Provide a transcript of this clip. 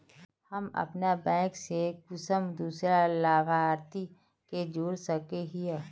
हम अपन बैंक से कुंसम दूसरा लाभारती के जोड़ सके हिय?